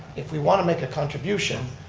if we want to make a contribution,